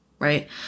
right